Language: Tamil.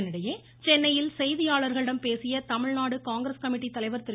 இதனிடையே சென்னையில் செய்தியாளர்களிடம் பேசிய தமிழ்நாடு காங்கிரஸ் கமிட்டித் தலைவர் திரு